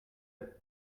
être